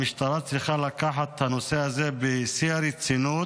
המשטרה צריכה לקחת את הנושא הזה בשיא הרצינות,